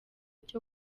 cyo